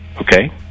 okay